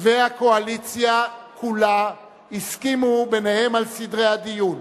והקואליציה כולה, הסכימו ביניהן על סדרי הדיון.